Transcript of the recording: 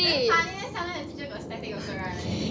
damn funny eh sometimes the teacher got static also right